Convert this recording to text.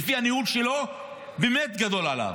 ולפי הניהול שלו הוא באמת גדול עליו.